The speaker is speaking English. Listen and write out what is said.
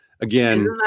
Again